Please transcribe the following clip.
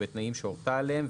ובתנאים שהורתה עליהם.